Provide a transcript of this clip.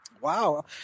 wow